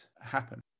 happen